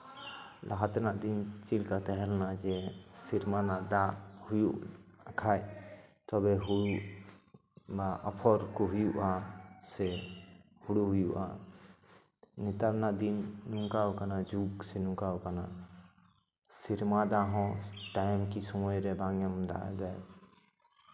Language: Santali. ᱞᱟᱦᱟ ᱛᱮᱱᱟᱜ ᱫᱤᱱ ᱪᱮᱫ ᱞᱮᱠᱟ ᱛᱟᱦᱮᱸ ᱞᱮᱱᱟ ᱡᱮ ᱥᱮᱨᱢᱟ ᱨᱮᱱᱟᱜ ᱫᱟᱜ ᱦᱩᱭᱩᱜ ᱠᱷᱟᱱ ᱛᱚᱵᱮ ᱦᱩᱲᱩ ᱨᱮᱱᱟᱜ ᱟᱯᱷᱚᱨ ᱠᱚ ᱦᱩᱭᱩᱜᱼᱟ ᱥᱮ ᱦᱩᱲᱩ ᱦᱩᱭᱩᱜᱼᱟ ᱱᱮᱛᱟᱨ ᱨᱮᱱᱟᱜ ᱫᱤᱱ ᱱᱚᱝᱠᱟ ᱟᱠᱟᱱᱟ ᱡᱩᱜᱽ ᱥᱮ ᱱᱚᱝᱠᱟᱣ ᱟᱠᱟᱱᱟ ᱥᱮᱨᱢᱟ ᱫᱟᱜ ᱦᱚᱸ ᱴᱟᱭᱤᱢ ᱠᱤ ᱥᱚᱢᱚᱭ ᱨᱮ ᱵᱟᱝ ᱧᱟᱢ ᱮᱫᱟᱭ ᱡᱮ